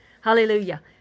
Hallelujah